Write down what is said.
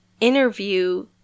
interview